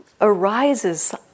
arises